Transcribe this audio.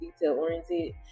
detail-oriented